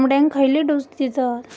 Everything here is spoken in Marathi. कोंबड्यांक खयले डोस दितत?